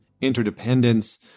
interdependence